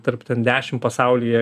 tarp ten dešim pasaulyje